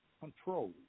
control